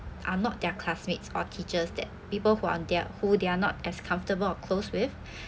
are not their classmates or teachers that people who aren't their who they are not as comfortable or close with